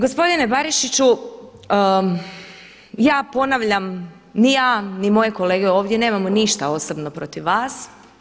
Gospodine Barišiću ja ponavljam, ni ja, ni moje kolege ovdje nemamo ništa osobno protiv vas.